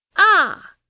ah!